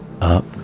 up